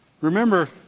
Remember